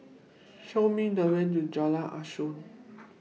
Show Me The Way to Jalan Asuhan